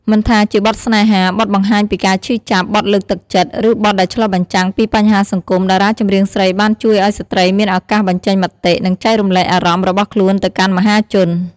មិនថាជាបទស្នេហា បទបង្ហាញពីការឈឺចាប់ បទលើកទឹកចិត្ត ឬបទដែលឆ្លុះបញ្ចាំងពីបញ្ហាសង្គម តារាចម្រៀងស្រីបានជួយឱ្យស្ត្រីមានឱកាសបញ្ចេញមតិ និងចែករំលែកអារម្មណ៍របស់ខ្លួនទៅកាន់មហាជន។